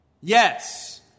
Yes